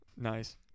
Nice